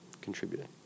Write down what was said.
contributing